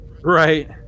right